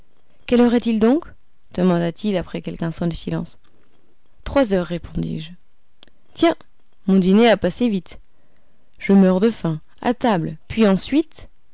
quelle heure est-il donc demanda-t-il après quelques instants de silence trois heures répondis-je tiens mon dîner a passé vite je meurs de faim a table puis ensuite